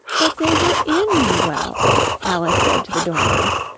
but they were in the well alice said to the dormouse,